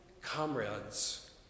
comrades